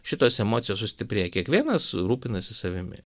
šitos emocijos sustiprėja kiekvienas rūpinasi savimi